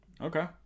Okay